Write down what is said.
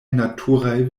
naturaj